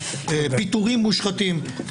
פיטורים מושחתים,